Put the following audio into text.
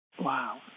Wow